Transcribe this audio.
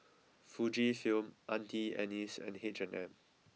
Fujifilm Auntie Anne's and H and M